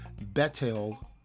Betel